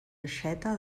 aixeta